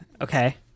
Okay